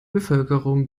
bevölkerung